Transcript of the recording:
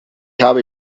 habe